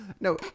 no